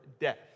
death